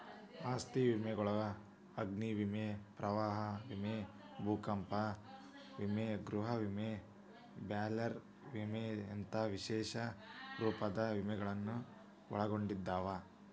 ಆಸ್ತಿ ವಿಮೆಯೊಳಗ ಅಗ್ನಿ ವಿಮೆ ಪ್ರವಾಹ ವಿಮೆ ಭೂಕಂಪ ವಿಮೆ ಗೃಹ ವಿಮೆ ಬಾಯ್ಲರ್ ವಿಮೆಯಂತ ವಿಶೇಷ ರೂಪದ ವಿಮೆಗಳನ್ನ ಒಳಗೊಂಡದ